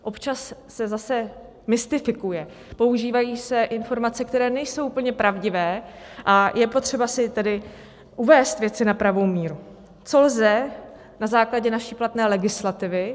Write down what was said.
Občas se zase mystifikuje, používají se informace, které nejsou úplně pravdivé, a je potřeba si tedy uvést věci na pravou míru, co lze na základě naší platné legislativy.